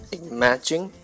imagine